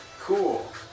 Cool